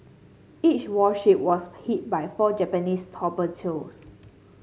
each warship was hit by four Japanese torpedoes